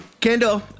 Kendall